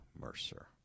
Mercer